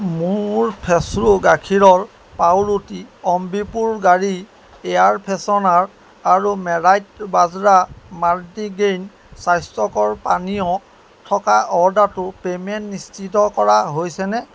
মোৰ ফ্ৰেছো গাখীৰৰ পাওৰুটি অম্বিপুৰ গাড়ীৰ এয়াৰ ফেছনাৰ আৰু মেলাইট বাজৰা মাল্টিগ্ৰেইন স্বাস্থ্যকৰ পানীয় থকা অৰ্ডাৰটো পে'মেণ্ট নিশ্চিত কৰা হৈছেনে